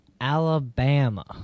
Alabama